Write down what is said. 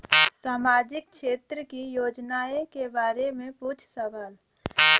सामाजिक क्षेत्र की योजनाए के बारे में पूछ सवाल?